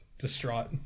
distraught